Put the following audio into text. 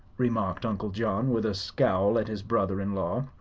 remarked uncle john, with a scowl at his brother-in-law.